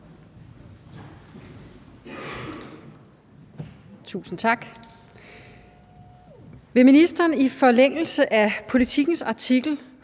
Thiesen (DF): Vil ministeren i forlængelse af Politikens artikel